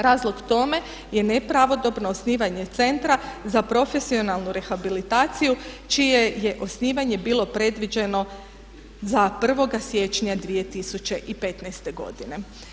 Razlog tome je nepravodobno osnivanje centra za profesionalnu rehabilitaciju čije je osnivanje bilo predviđeno za 1. siječnja 2015. godine.